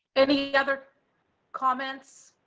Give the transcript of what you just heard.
any other comments.